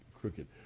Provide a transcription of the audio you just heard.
crooked